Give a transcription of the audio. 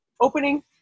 opening